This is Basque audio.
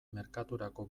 merkaturako